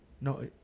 No